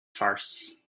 farce